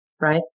right